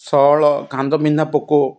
ସଅଳ କାଣ୍ଡ ବିନ୍ଧା ପୋକ